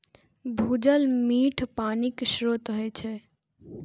भूजल मीठ पानिक स्रोत होइ छै